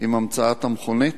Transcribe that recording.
עם המצאת המכונית?